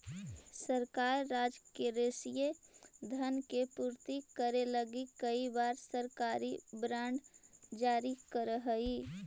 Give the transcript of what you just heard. सरकार राजकोषीय धन के पूर्ति करे लगी कई बार सरकारी बॉन्ड जारी करऽ हई